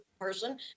person